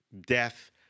death